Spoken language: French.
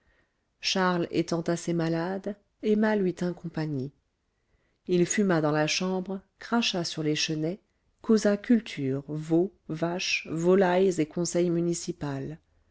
charles étant à ses malades emma lui tint compagnie il fuma dans la chambre cracha sur les chenets causa culture veaux vaches volailles et conseil municipal